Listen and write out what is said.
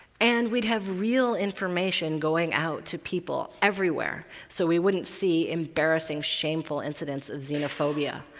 and we'd have real information going out to people everywhere, so we wouldn't see embarrassing, shameful incidents as xenophobia,